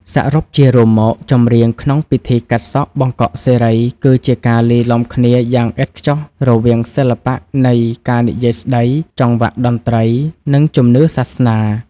សរុបជារួមមក ចម្រៀងក្នុងពិធីកាត់សក់បង្កក់សិរី គឺជាការលាយឡំគ្នាយ៉ាងឥតខ្ចោះរវាងសិល្បៈនៃការនិយាយស្តី ចង្វាក់តន្ត្រី និងជំនឿសាសនា។